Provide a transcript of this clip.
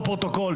בפרוטוקול,